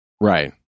Right